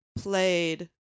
played